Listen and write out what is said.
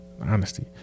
honesty